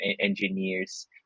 engineers